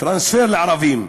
טרנספר לערבים.